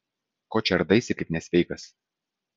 ko čia ardaisi kaip nesveikas